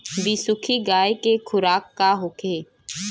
बिसुखी गाय के खुराक का होखे?